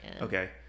Okay